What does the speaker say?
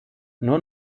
nur